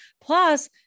Plus